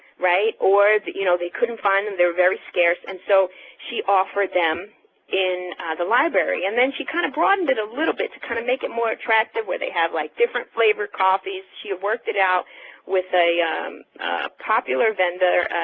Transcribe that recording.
right? or you know, they couldn't find them, they're very scarce, and so she offered them in the library. and then she kind of broadened it a little bit to kind of make it more attractive where they have like different flavored coffees. she worked it out with a popular vendor,